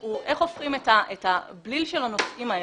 הוא איך הופכים את בליל הנושאים האלה,